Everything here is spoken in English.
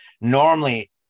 normally